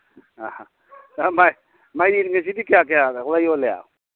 ꯃꯥꯏꯔꯦꯟꯒꯁꯤꯗꯤ ꯀꯌꯥ ꯀꯌꯥ ꯌꯣꯜꯂꯤ